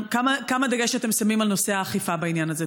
כמה דגש אתם שמים על נושא האכיפה בעניין הזה?